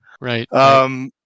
Right